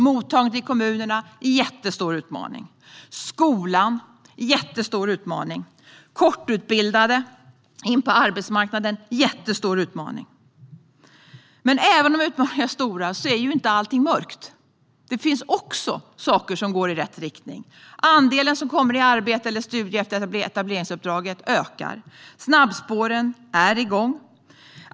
Mottagandet i kommunerna är en jättestor utmaning. Skolan är en jättestor utmaning. Att få in kortutbildade på arbetsmarknaden är en jättestor utmaning. Men även om utmaningarna är stora är inte allting mörkt. Det finns också saker som går i rätt riktning. Andelen som kommer i arbete eller börjar studera efter att ha ingått i etableringsuppdraget ökar. Snabbspåren är igång.